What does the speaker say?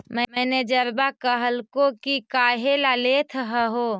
मैनेजरवा कहलको कि काहेला लेथ हहो?